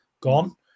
gone